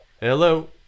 Hello